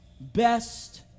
best